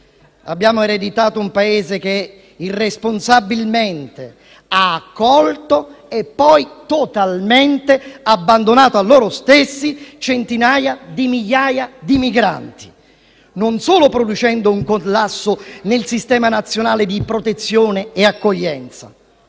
Abbiamo ereditato un Paese che irresponsabilmente ha accolto e poi totalmente abbandonato a loro stessi centinaia di migliaia di migranti, non solo producendo un collasso nel sistema nazionale di protezione e accoglienza,